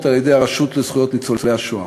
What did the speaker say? על-ידי הרשות לזכויות ניצולי השואה.